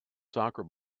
soccer